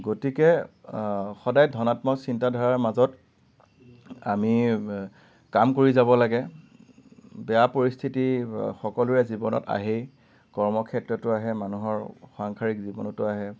গতিকে সদায় ধনাত্মক চিন্তাধাৰাৰ মাজত আমি কাম কৰি যাব লাগে বেয়া পৰিস্থিতি সকলোৰে জীৱনত আহেই কৰ্মক্ষেত্ৰতো আহে মানুহৰ সাংসাৰিক জীৱনতো আহে